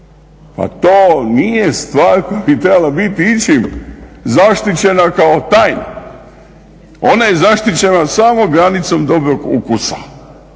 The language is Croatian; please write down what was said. pa to nije stvar koja bi trebala biti ičim zaštićena kao tajna. Ona je zaštićena samo granicom dobrog ukusa,